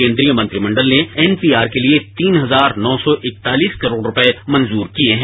केन्द्रीय मंत्रिमण्डल ने एनपीआर के लिए तीन हजार नौ सौ इकतालीस करोड़ रुपए मंजूर किए हैं